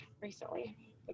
recently